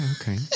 okay